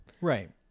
Right